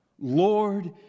Lord